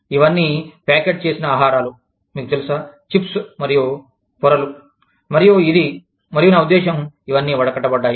ఇవన్నీ ప్యాకెట్ చేసిన ఆహారాలు మీకు తెలుసా చిప్స్ మరియు పొరలు మరియు ఇది మరియు నా ఉద్దేశ్యం ఇవన్నీ వడకట్టబడ్డాయి